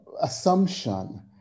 assumption